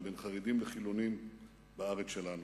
בין חרדים לחילונים בארץ שלנו,